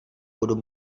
budu